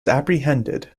apprehended